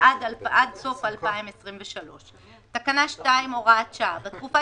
עד סוף 2023. הוראת שעה 2. (א) בתקופה